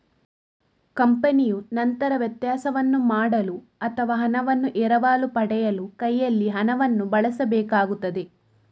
ಕಂಪನಿಯು ನಂತರ ವ್ಯತ್ಯಾಸವನ್ನು ಮಾಡಲು ಅಥವಾ ಹಣವನ್ನು ಎರವಲು ಪಡೆಯಲು ಕೈಯಲ್ಲಿ ಹಣವನ್ನು ಬಳಸಬೇಕಾಗುತ್ತದೆ